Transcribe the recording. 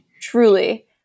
truly